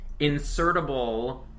insertable